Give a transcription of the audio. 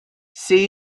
see